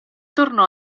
tornò